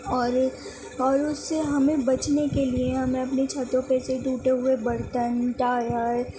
اور اور اس سے ہمیں بچنے کے لیے ہمیں اپنے چھتوں پہ سے ٹوٹے ہوئے برتن ٹایر